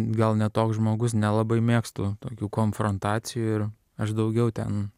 gal ne toks žmogus nelabai mėgstu tokių konfrontacijų ir aš daugiau ten